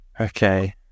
Okay